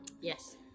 Yes